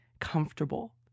comfortable